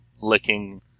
Licking